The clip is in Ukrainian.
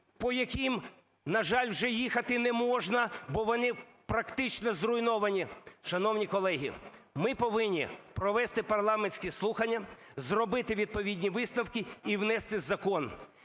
по яким, на жаль, вже їхати не можна, бо вони практично зруйновані. Шановні колеги! Ми повинні провести парламентські слухання, зробити відповідні висновки і внести закон.